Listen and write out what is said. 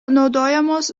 naudojamos